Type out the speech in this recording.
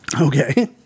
Okay